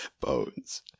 Bones